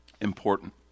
important